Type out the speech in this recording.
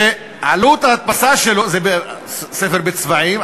זה ספר בצבעים,